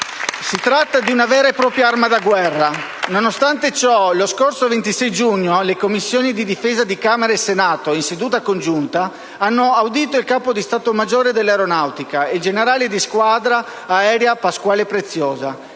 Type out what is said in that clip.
Si tratta di una vera e propria arma da guerra. Lo scorso 26 giugno le Commissioni difesa di Camera e Senato, in seduta congiunta, hanno audito il capo di stato maggiore dell'Aeronautica, generale di squadra aerea Pasquale Preziosa,